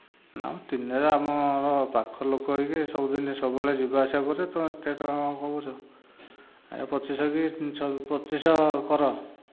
ନା ମ ତିନି ହଜାର ଆମର ପାଖ ଲୋକ ହୋଇକି ସବୁଦିନେ ସବୁବେଳେ ଯିବା ଆସିବା କରୁଛେ ତୁମେ ଏତେ ଟଙ୍କା କ'ଣ ଗୋଟିଏ କହୁଛ ଆଉ ପଚିଶ ଶହ କି ପଚିଶ ଶହ କର